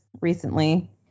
recently